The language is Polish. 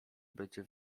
będzie